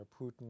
Putin